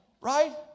Right